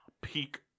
peak